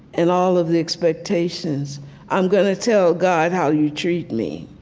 and all of the expectations i'm going to tell god how you treat me.